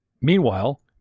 Meanwhile